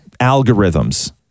Algorithms